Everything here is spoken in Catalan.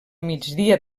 migdia